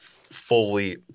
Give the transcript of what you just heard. fully